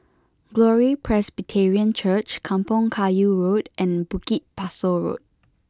Glory Presbyterian Church Kampong Kayu Road and Bukit Pasoh Road